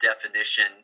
definition